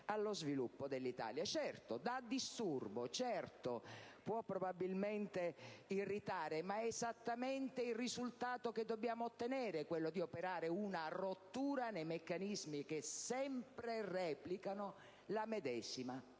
allo sviluppo dell'Italia. Certo, dà disturbo; certo, può probabilmente irritare: ma è esattamente il risultato che dobbiamo ottenere, quello di operare una rottura nei meccanismi che sempre replicano la medesima